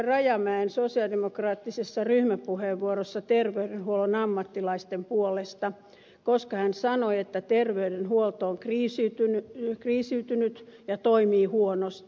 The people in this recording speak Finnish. rajamäen sosialidemokraattisessa ryhmäpuheenvuorossa terveydenhuollon ammattilaisten puolesta koska hän sanoi että terveydenhuolto on kriisiytynyt ja toimii huonosti